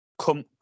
Come